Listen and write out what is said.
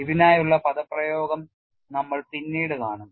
ഇതിനായുള്ള പദപ്രയോഗം നമ്മൾ പിന്നീട് കാണും